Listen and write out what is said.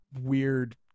weird